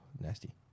nasty